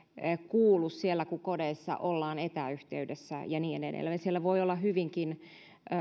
kuulu siellä kun kodeissa ollaan etäyhteydessä ja niin edelleen siellä voi olla hyvinkin